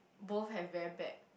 both have very bad